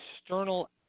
external